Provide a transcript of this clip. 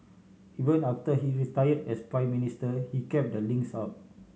even after he retired as Prime Minister he kept the links up